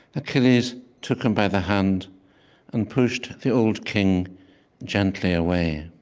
achilles took him by the hand and pushed the old king gently away,